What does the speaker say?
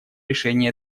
решении